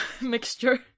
mixture